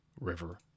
River